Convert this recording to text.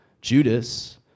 Judas